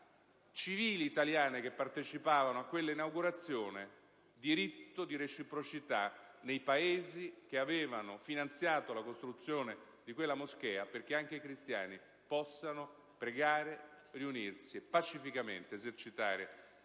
civili italiane che partecipavano all'inaugurazione diritto di reciprocità nei Paesi che avevano finanziato la costruzione di quella moschea, per assicurare anche ai cristiani di poter pregare, riunirsi e pacificamente esercitare